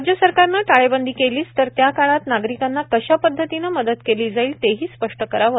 राज्य सरकारनं टाळेबंदी केलीच तर त्या काळात नागरिकांना कशा पद्धतीनं मदत केली जाईल तेही स्पष्ट करावं